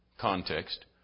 context